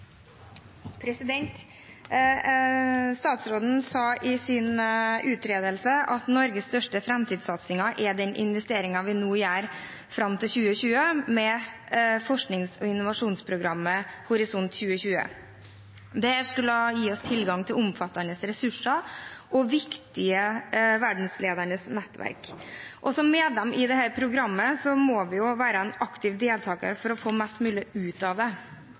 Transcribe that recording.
Statsråden sa i sin redegjørelse at en av Norges største framtidssatsinger er den investeringen vi gjør fram til 2020 med forsknings- og innovasjonsprogrammet Horisont 2020. Dette skulle gi oss tilgang til «omfattende ressurser» og viktige «verdensledende nettverk». Som medlem i dette programmet må vi være en aktiv deltaker for å få mest mulig ut av det.